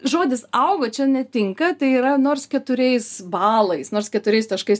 žodis augo čia netinka tai yra nors keturiais balais nors keturiais taškais